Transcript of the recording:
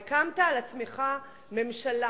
הקמת על עצמך ממשלה,